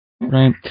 right